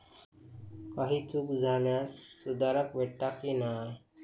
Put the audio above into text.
काही चूक झाल्यास सुधारक भेटता की नाय?